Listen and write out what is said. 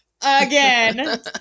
again